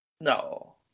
No